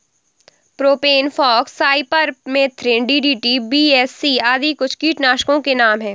propane फॉक्स, cypermethrin, DDT, BHC आदि कुछ कीटनाशकों के नाम हैं